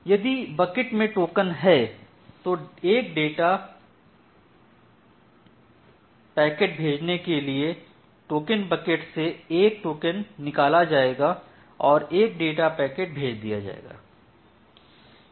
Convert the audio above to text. यदि बकेट में टोकन है तो एक डाटा पैकेट भेजने के लिए टोकन बकेट से एक टोकन निकला जायेगा और एक डाटा पैकेट भेज दिया जायेगा